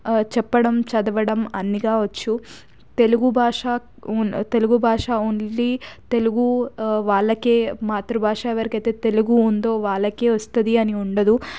ఆ చెప్పడం చదవడం అన్నీ వచ్చు తెలుగు భాషా తెలుగు భాష ఓన్లీ తెలుగు వాళ్ళకే మాతృభాష ఎవరికి అయితే తెలుగు ఉందో వాళ్ళకి వస్తుంది అని ఉండదు